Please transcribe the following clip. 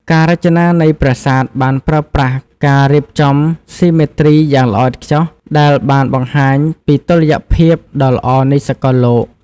ការរចនានៃប្រាសាទបានប្រើប្រាស់ការរៀបចំស៊ីមេទ្រីយ៉ាងល្អឥតខ្ចោះដែលបានបង្ហាញពីតុល្យភាពដ៏ល្អនៃសកលលោក។